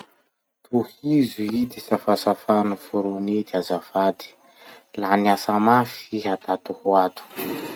Tohiho ity safasafa noforony ity azafady: "la niasa mafy iha tatohoato.